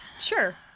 Sure